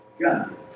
God